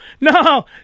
no